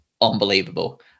Unbelievable